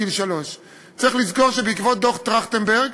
צריך לזכור שבעקבות דוח טרכטנברג